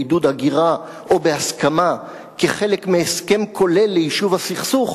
בעידוד הגירה או בהסכמה כחלק מהסכם כולל ליישוב הסכסוך,